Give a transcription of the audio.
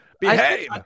Behave